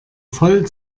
voll